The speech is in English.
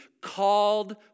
called